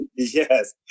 Yes